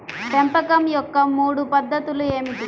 పెంపకం యొక్క మూడు పద్ధతులు ఏమిటీ?